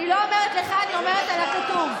אני לא אומרת עליך, אני אומרת על הכתוב.